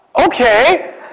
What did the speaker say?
okay